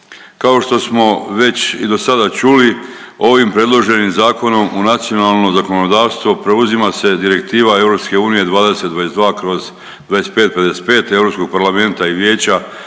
Kao što smo već i do sada čuli ovim predloženim zakonom u nacionalno zakonodavstvo preuzima se direktiva EU 2022/25555 Europskog parlamenta i Vijeća